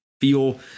feel